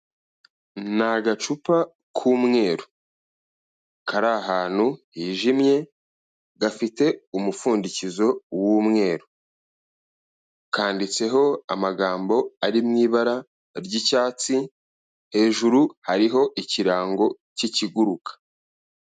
Ni agacupa k'umweru, kari ahantu hijimye, gafite umupfundikizo w'umweru. Kanditseho amagambo ari mu ibara ry'icyatsi hejuru hariho ikirango k'ikiguruka.